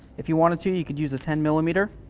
if you want it to, you could use a ten millimeter.